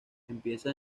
empieza